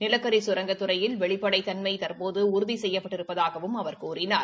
நிலக்கரி கரங்கத் துறையில் வெளிப்படைத்தன்மை தற்போது உறுதி செய்யப்பட்டிருப்பதாகவும் அவர் கூறினார்